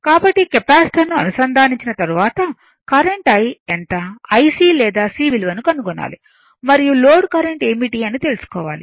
కాబట్టి కెపాసిటర్ను అనుసంధానించిన తర్వాత కరెంట్ I ఎంత IC లేదా C విలువని కనుగొనాలి మరియు లోడ్ కరెంట్ ఏమిటి అని తెలుసుకోవాలి